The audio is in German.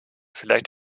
vielleicht